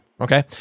Okay